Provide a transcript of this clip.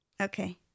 Okay